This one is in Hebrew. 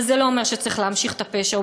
אבל זה לא אומר שצריך להמשיך את הפשע,